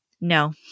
No